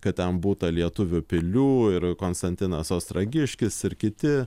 kad ten būta lietuvių pilių ir konstantinas ostragiškis ir kiti